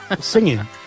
Singing